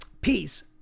peace